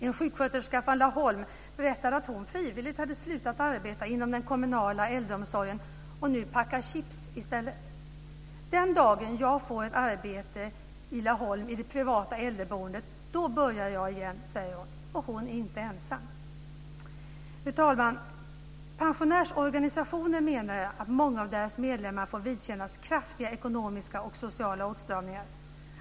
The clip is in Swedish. En sjuksköterska från Laholm berättade att hon frivilligt hade slutat arbeta inom den kommunala äldreomsorgen och nu packar chips i stället. Den dagen jag får ett arbete i det privata äldreboendet i Laholm börjar jag igen, säger hon. Hon är inte ensam. Fru talman! Pensionärsorganisationen menar att många av deras medlemmar får vidkännas kraftiga ekonomiska och sociala åtstramningar.